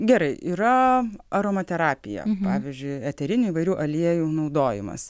gerai yra aromaterapija pavyzdžiui eterinių įvairių aliejų naudojimas